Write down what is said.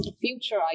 future